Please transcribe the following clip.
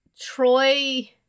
Troy